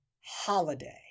holiday